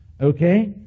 Okay